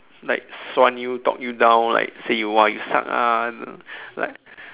like suan you talk you down like say you !wah! you suck lah like